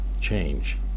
change